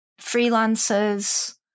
freelancers